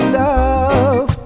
love